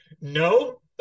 No